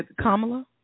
Kamala